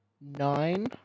nine